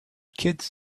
kids